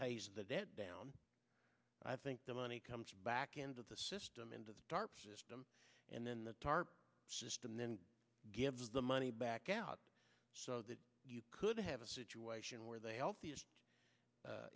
pay the debt down i think the money comes back into the system into the dark system and then the tarp system then gives the money back out so that you could have a situation where the